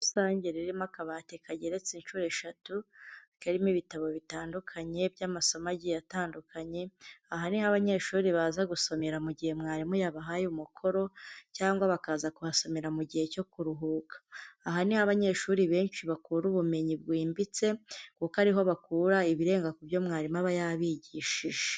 Rusange ririmo akabati kageretse inshuro eshatu, karimo ibitabo bitandukanye by'amasomo agiye atandukanye, aha ni ho abanyeshuri baza gusomera mu gihe mwarimu yabahaye umukoro, cyangwa bakaza kuhasomera mu gihe cyo kuruhuka. Aha ni ho abanyeshuri benshi bakura ubumenyi bwimbitse, kuko ariho bakura ibirenga ku byo mwarimu aba yabigishije.